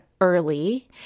early